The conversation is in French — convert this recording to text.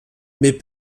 mais